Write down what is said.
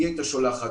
היא הייתה שולחת,